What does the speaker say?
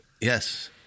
Yes